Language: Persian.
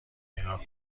نگاه